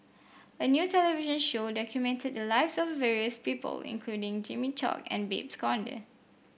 a new television show documented the lives of various people including Jimmy Chok and Babes Conde